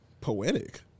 poetic